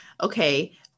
okay